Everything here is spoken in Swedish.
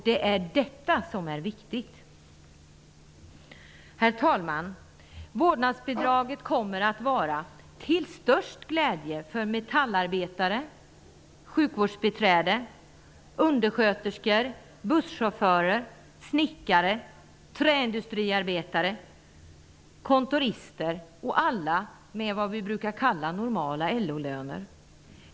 Det är detta som är viktigt. Herr talman! Vårdnadsbidraget kommer att vara till störst glädje för metallarbetare, sjukvårdsbiträden, undersköterskor, busschaufförer, snickare, träindustriarbetare, kontorister och alla med vad vi brukar kalla normala LO-löner.